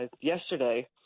yesterday